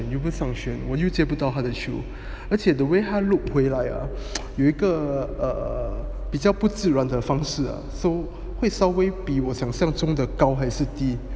又不是上旋我就接不到他的球而且 the way 他 loop 回来啊 有一个 err 比较不自然的方式 so 会稍微比我想象中的高还是